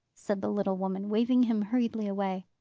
said the little woman, waving him hurriedly away.